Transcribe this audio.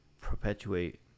perpetuate